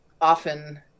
often